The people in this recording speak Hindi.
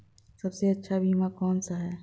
सबसे अच्छा बीमा कौन सा है?